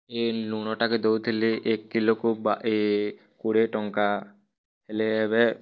ଏ ଲୁଣଟାରେ ଦଉ ଥିଲି ଏକ କିଲୋକୁ କୋଡ଼ିଏ ଟଙ୍କା ହେଲେ ଏବେ